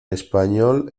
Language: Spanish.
espanyol